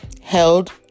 held